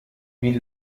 wie